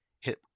hit